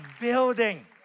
building